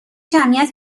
جمعیت